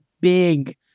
big